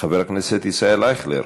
חבר הכנסת ישראל אייכלר,